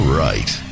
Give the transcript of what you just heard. right